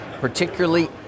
Particularly